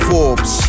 Forbes